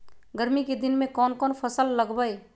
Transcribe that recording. गर्मी के दिन में कौन कौन फसल लगबई?